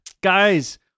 Guys